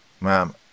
Ma'am